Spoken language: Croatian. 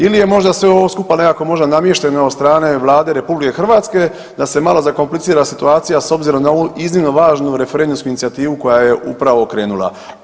Ili je možda sve ovo skupa nekako možda namješteno od strane Vlade RH da se malo zakomplicira situacija s obzirom na ovu iznimno važnu referendumsku inicijativu koja je upravo krenula.